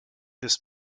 this